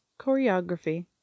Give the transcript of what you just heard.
choreography